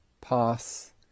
pass